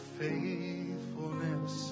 faithfulness